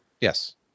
Yes